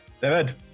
David